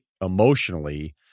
emotionally